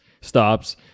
stops